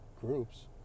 groups